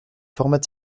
formats